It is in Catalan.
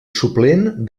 suplent